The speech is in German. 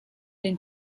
den